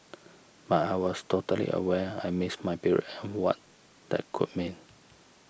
but I was totally aware I missed my periods and what that could mean